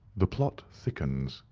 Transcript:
the plot thickens,